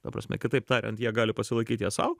ta prasme kitaip tariant jie gali pasilaikyt ją sau